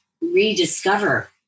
rediscover